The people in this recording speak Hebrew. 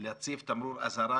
להציב תמרור אזהרה